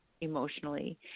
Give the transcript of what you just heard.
emotionally